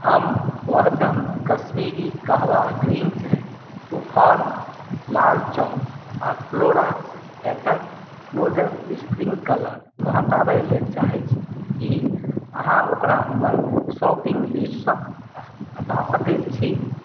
हम बादम कश्मीरी कहवा ग्रीन चाय ट्रूफार्म लाल चाउर आ फ्लोरा पैटर्न नोजल स्प्रिंकलरके हटाबय लेल चाहैत छी की अहाँ ओकरा हमर शॉपिंग लिस्टसँ ह हटा सकैत छी